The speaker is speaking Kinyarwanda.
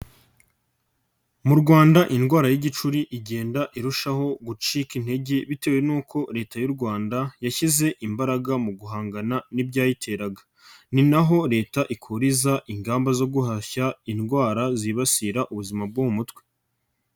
Mu Rwanda indwara y'igicuri igenda irushaho gucika intege bitewe n'uko Leta y'u Rwanda yashyize imbaraga mu guhangana n'ibyayiteraga, ni na ho Leta ikuriza ingamba zo guhashya indwara zibasira ubuzima bwo mu mutwe.